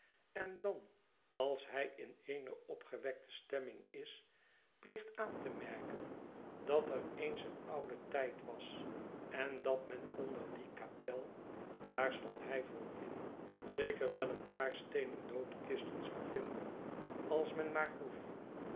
en dan als hij in eene opgewekte stemming is pleegt aan te merken dat er eens een oude tijd was en dat men onder die kapel daar stond hij voor in zeker wel een paar steenen doodkisten zou vinden als men maar groef